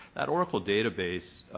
that oracle database,